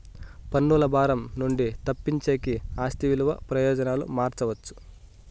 పన్నుల భారం నుండి తప్పించేకి ఆస్తి విలువ ప్రయోజనాలు మార్చవచ్చు